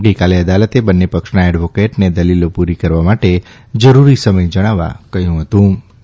ગઇકાલે અદાલતે બંને પક્ષના એડવારેટને દલીલ પૂરી કરવા માટે જરૂરી સમય જણાવવા કહ્યું હતુંં